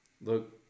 look